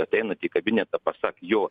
ateinat į kabinetą pasak jo